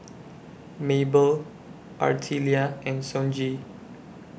Maebell Artelia and Sonji